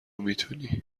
میتونی